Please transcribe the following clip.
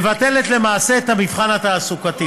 מבטל למעשה את המבחן התעסוקתי